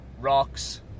rocks